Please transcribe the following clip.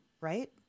Right